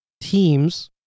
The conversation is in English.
teams